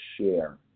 share